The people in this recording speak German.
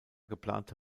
geplante